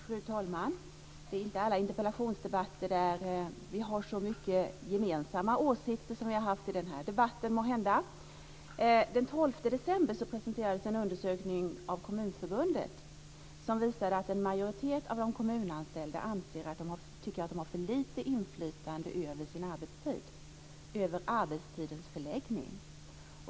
Fru talman! Det är måhända inte i alla interpellationsdebatter vi har så många gemensamma åsikter som vi har haft i den här. Den 12 december presenterades en undersökning av Kommunförbundet som visade att en majoritet av de kommunalanställda anser att de har för lite inflytande över sin arbetstid och dess förläggning.